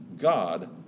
God